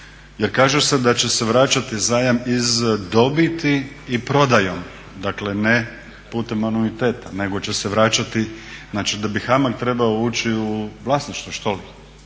Jer kaže se da će se vraćati zajam iz dobiti i prodajom, dakle ne putem anuiteta nego će se vraćati. Znači da bi HAMAG trebao ući u vlasništvo, štoli.